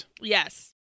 Yes